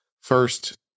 first